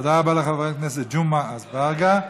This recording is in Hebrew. תודה רבה לחבר הכנסת ג'מעה אזברגה.